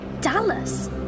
Dallas